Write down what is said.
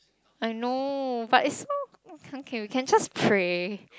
I know but it's so can you can just pray